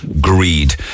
greed